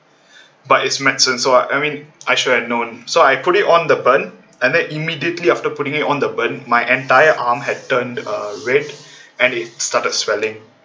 but it's medicine so I mean I should have known so I put it on the burn and then immediately after putting it on the burn my entire arm had turned uh red and it started swelling